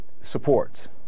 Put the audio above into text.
supports